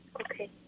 Okay